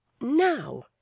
Now